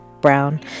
Brown